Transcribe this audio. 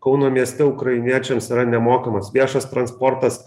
kauno mieste ukrainiečiams yra nemokamas viešas transportas